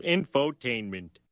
Infotainment